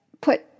put